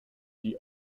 die